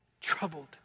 troubled